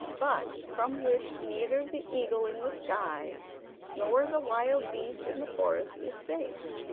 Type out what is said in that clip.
but from which neither the eagle in the sky nor the wild beast in the forest is safe.